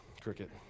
cricket